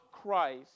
Christ